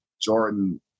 Jordan